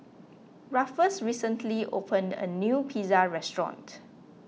Rufus recently opened a new Pizza restaurant